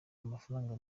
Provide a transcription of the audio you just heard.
amafaraga